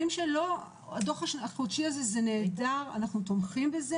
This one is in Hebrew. הדו"ח החודשי הזה הוא נהדר ואנחנו תומכים בו